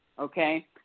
Okay